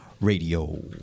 radio